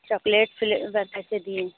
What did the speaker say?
chocolate flavour कैसे दिए